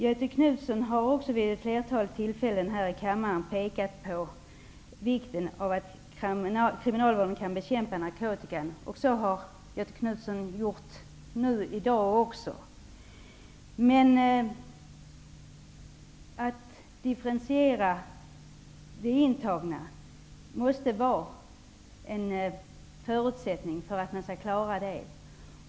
Göthe Knutson har vid ett flertal tillfällen här i kammaren pekat på vikten av att kriminalvården kan bekämpa narkotikan. Det har Göthe Knutson gjort även i dag. Men att differentiera de intagna måste vara en förutsättning för att man skall klara det.